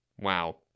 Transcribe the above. Wow